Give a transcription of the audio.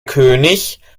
könig